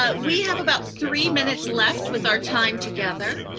but we have about three minutes left with our time together.